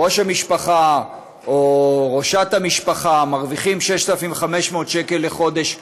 שראש המשפחה או ראשת המשפחה מרוויחים 6,500 שקל לחודש ברוטו,